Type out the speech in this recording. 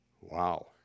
Wow